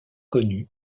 connu